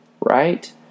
right